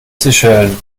seychellen